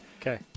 okay